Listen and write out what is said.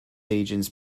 agents